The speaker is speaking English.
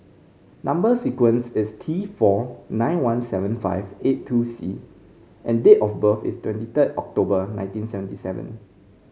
number sequence is T four nine one seven five eight two C and date of birth is twenty three October nineteen seventy seven